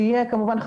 שיהיה כמובן,